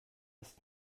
ist